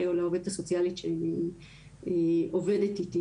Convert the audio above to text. או אל העובדת הסוציאלית שעובדת איתי.